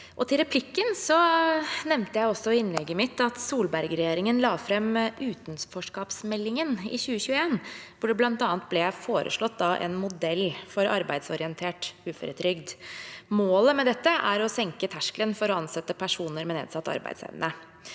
i innlegget mitt at Solberg-regjeringen la fram utenforskapsmeldingen i 2021, hvor det bl.a. ble foreslått en modell for arbeidsorientert uføretrygd. Målet med dette er å senke terskelen for å ansette personer med nedsatt arbeidsevne.